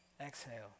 Exhale